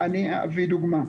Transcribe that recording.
אני אתן דוגמה.